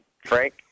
Frank